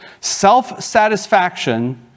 Self-satisfaction